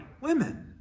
women